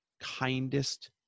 kindest